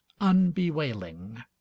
unbewailing